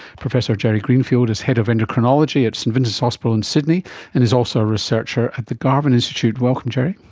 professor jerry greenfield is head of endocrinology at st vincent's hospital in sydney and is also a researcher at the garvan institute. welcome jerry.